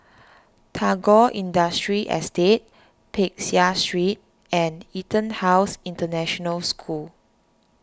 Tagore Industrial Estate Peck Seah Street and EtonHouse International School